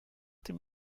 dem